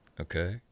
okay